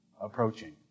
approaching